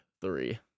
three